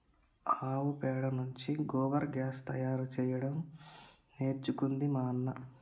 ఆవు పెండ నుండి గోబర్ గ్యాస్ తయారు చేయడం నేర్చుకుంది మా అన్న